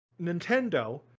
Nintendo